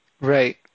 Right